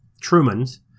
Truman's